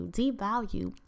devalue